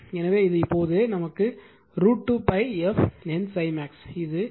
எனவே இது இப்போது √ 2 pi f N ∅max இது 4